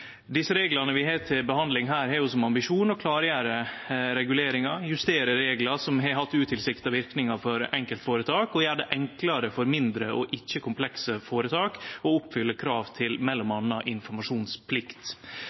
Desse reglane vi har til behandling her, har som ambisjon å klargjere reguleringar, justere reglar som har hatt utilsikta verknader for enkeltpersonføretak, og gjere det enklare for mindre og ikkje-komplekse føretak å oppfylle krav til